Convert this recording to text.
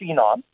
phenom